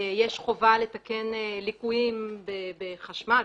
יש חובה לתקן ליקויים בחשמל,